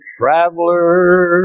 traveler